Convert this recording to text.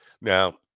Now